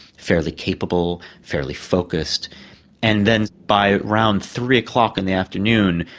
fairly capable, fairly focussed and then by around three o'clock in the afternoon,